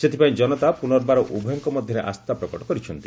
ସେଥିପାଇଁ ଜନତା ପୁନର୍ବାର ଉଭୟଙ୍କ ଉପରେ ଆସ୍ଥା ପ୍ରକଟ କରିଛନ୍ତି